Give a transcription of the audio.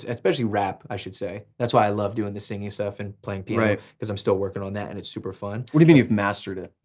especially rap i should say. that's why i love doing the singing stuff and playing piano, cause i'm still working on that and it's super fun. what do you mean you've mastered it?